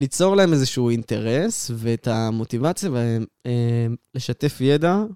ליצור להם איזשהו אינטרס ואת המוטיבציה בהם לשתף ידע.